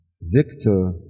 victor